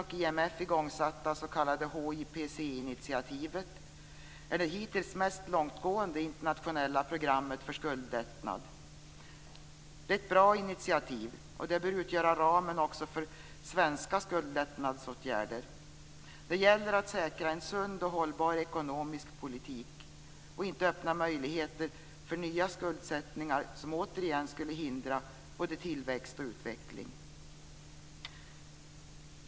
HIPC-initiativet är det hittills mest långtgående internationella programmet för skuldlättnad. Det är ett bra initiativ, och det bör utgöra ramen också för svenska skuldlättnadsåtgärder. Det gäller att säkra en sund och hållbar ekonomisk politik och inte öppna möjligheter för nya skuldsättningar som återigen skulle hindra både tillväxt och utveckling.